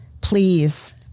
please